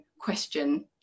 question